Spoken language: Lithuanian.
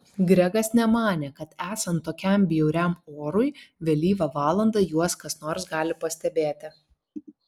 gregas nemanė kad esant tokiam bjauriam orui vėlyvą valandą juos kas nors gali pastebėti